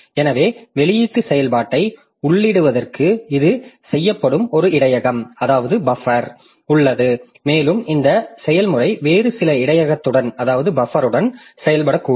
எனவே வெளியீட்டு செயல்பாட்டை உள்ளிடுவதற்கு இது செய்யப்படும் ஒரு இடையகம் உள்ளது மேலும் இந்த செயல்முறை வேறு சில இடையகத்துடன் செயல்படக்கூடும்